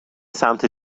سمت